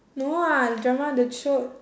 no ah the drama the show